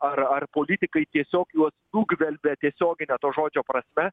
ar ar politikai tiesiog juos nugvelbia tiesiogine to žodžio prasme